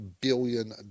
billion